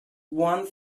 one